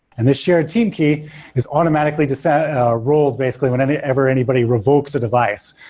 and this shared team key is automatically to set roll basically whenever whenever anybody revokes a device.